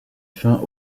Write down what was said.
fin